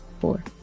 four